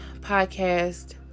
podcast